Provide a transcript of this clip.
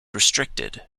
restricted